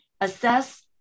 assess